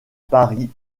paris